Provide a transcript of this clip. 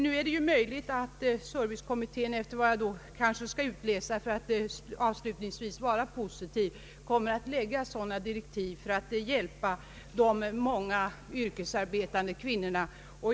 Nu är det möjligt att servicekommittén — så skall jag kanske tyda det för att avslutningsvis vara positiv — kommer att lägga fram direktiv för att hjälpa de många yrkesarbetande kvinnorna.